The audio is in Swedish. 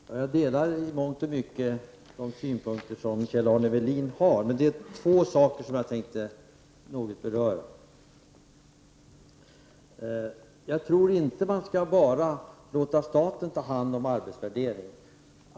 Fru talman! Jag delar i mångt och mycket de synpunkter som Kjell-Arne Welin har anfört, men jag vill något beröra två frågor. Jag tror för det första inte att man skall låta enbart staten ta hand om arbetsvärderingen.